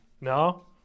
No